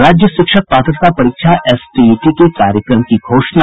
और राज्य शिक्षक पात्रता परीक्षा एसटीईटी के कार्यक्रम की घोषणा